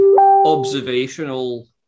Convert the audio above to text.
observational